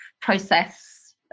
process